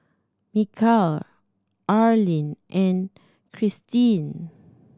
Mikel Arlyne and Christeen